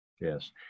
Yes